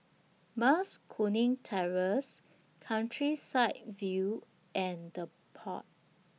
Mas Kuning Terrace Countryside View and The Pod